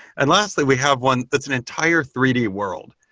and lastly, we have one that's an entire three d world.